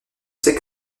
c’est